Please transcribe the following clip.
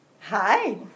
Hi